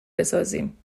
بسازیم